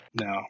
No